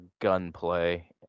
gunplay